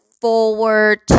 forward